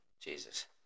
Jesus